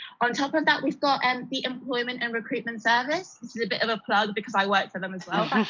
on top of that we've got and the employment and recruitment service. this is a bit of a plug because i work for them as well.